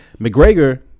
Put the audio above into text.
McGregor